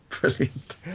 Brilliant